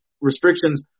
restrictions